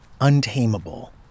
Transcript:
untamable